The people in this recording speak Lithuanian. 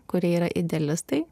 kurie yra idealistai